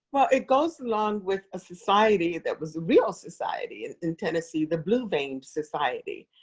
well, it goes along with a society that was real society and in tennessee, the blue vein society.